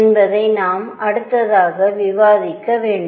என்பதை நாம் அடுத்ததாக விவாதிக்க வேண்டும்